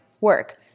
work